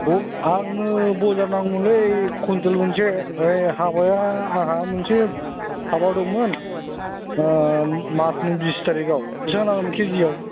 अ आंनो बेदर नांगौमोनलै कुइन्टेल मोनसे ओइ हाबाया आंहा मोनसे हाबायाव दंमोन मार्सनि बिस थारिखआव बेसां लागोन केजियाव